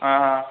हां